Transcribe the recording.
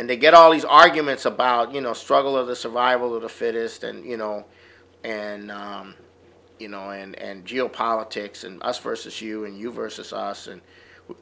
and they get all these arguments about you know struggle of the survival of the fittest and you know and you know and geopolitics and us versus you and you versus us and